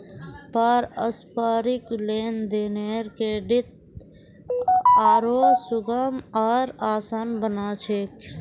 पारस्परिक लेन देनेर क्रेडित आरो सुगम आर आसान बना छेक